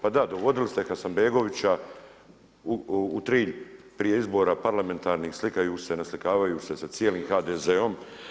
Pa da dovodili ste Hasanbegovića u Trilj prije izbora parlamentarnih, slikaju se, naslikavaju se sa cijelim HDZ-om.